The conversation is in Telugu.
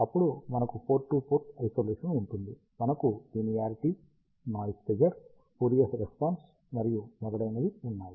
అప్పుడు మనకు పోర్ట్ టు పోర్ట్ ఐసోలేషన్ ఉంటుంది మనకు linearity noise figure spurious response మరియు మొదలైనవి ఉన్నాయి